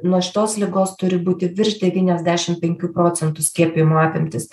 nuo šitos ligos turi būti virš devyniasdešim penkių procentų skiepijimo apimtys